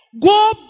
go